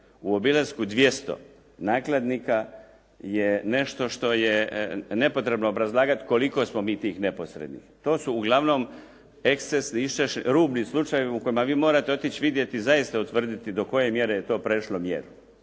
U obilasku 200 nakladnika je nešto što je nepotrebno obrazlagati koliko smo mi tih neposrednih. To su uglavnom ekscesi, rubni slučajevi u kojima vi morate otići vidjeti i zaista utvrditi do koje mjere je to prešlo mjeru